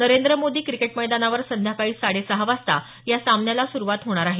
Narendra Modi cricket मैदानावर संध्याकाळी साडे सहा वाजता या सामन्याला सुरुवात होणार आहे